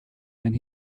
and